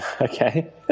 Okay